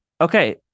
okay